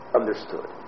understood